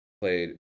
played